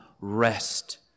rest